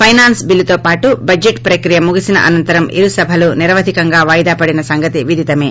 finance బిల్లుతో పాటు budget ప్రక్రియ ముగిసిన అనంతరం ఇరు సభలూ నిరవధికంగా వాయిదాపడిన సంగతి విదితమే